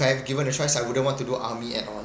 if I given a choice I wouldn't want to do army at all